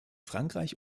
frankreich